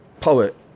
Poet